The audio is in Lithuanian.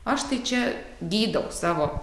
aš tai čia gydau savo